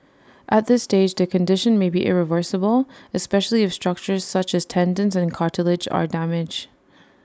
at this stage the condition may be irreversible especially if structures such as tendons and cartilage are damaged